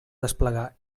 desplegar